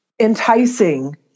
enticing